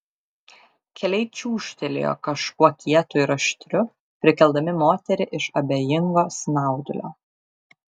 keliai čiūžtelėjo kažkuo kietu ir aštriu prikeldami moterį iš abejingo snaudulio